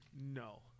No